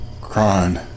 crying